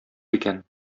икән